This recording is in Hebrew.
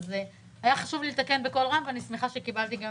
היה חשוב לי לתקן בקול רם ואני שמחה שקיבלתי גם